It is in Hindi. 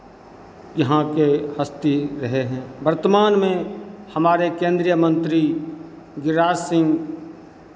यहाँ के हस्ती रहे हैं वर्तमान में हमारे केन्द्रीय मंत्री गिरीराज सिंह